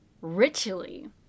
richly